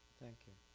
thank you